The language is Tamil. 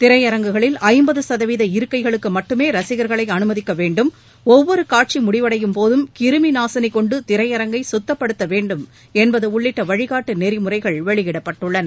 திரையரங்குகளில் ஐம்பது சதவீத இருக்கைகளுக்கு மட்டுமே ரசிகர்களை அனுமதிக்க வேண்டும் ஒவ்வொரு காட்சி முடிவடையும்போதும் கிருமிநாசினி கொண்டு திரையரங்கை குத்தப்படுத்த வேண்டும் என்பது உள்ளிட்ட வழிகாட்டு நெறிமுறைகள் வெளியிடப்பட்டுள்ளன